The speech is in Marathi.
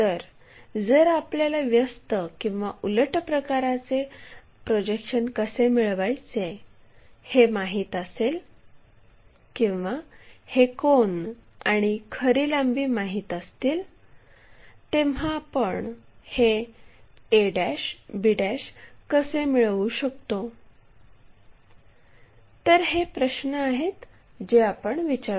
तर जर आपल्याला व्यस्त किंवा उलट प्रकाराचे प्रोजेक्शन्स कसे मिळवायचे हे माहित असेल किंवा हे कोन आणि खरी लांबी माहित असतील तेव्हा आपण हे a b कसे मिळवू शकतो तर हे प्रश्न आहेत जे आपण विचारू